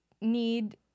need